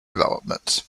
developments